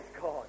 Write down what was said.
God